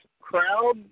crowd